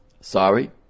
sorry